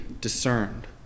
discerned